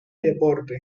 deporte